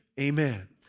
Amen